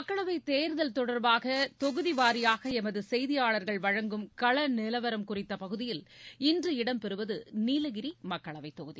மக்களவைத் தேர்தல் தொடர்பாக தொகுதி வாரியாக எமது செய்தியாளர்கள் வழங்கும் கள நிலவரம் குறித்த பகுதியில் இன்று இடம்பெறுவது நீலகிரி மக்களவைத் தொகுதி